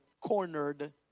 cornered